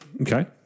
okay